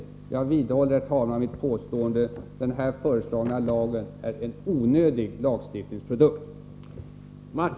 Jag vidhåller, herr talman, mitt påstående: Den här föreslagna lagen är en onödig lagstiftningsprodukt.